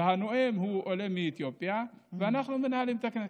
והנואם הוא עולה מאתיופיה ואנחנו מנהלים את הכנסת.